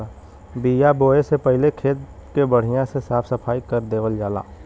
बिया बोये से पहिले खेत के बढ़िया से साफ सफाई कर देवल जाला